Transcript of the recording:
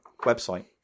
website